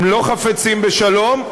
הם לא חפצים בשלום,